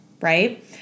right